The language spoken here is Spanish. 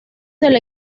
del